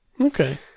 Okay